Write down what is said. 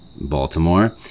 Baltimore